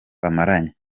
bamaranye